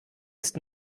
ist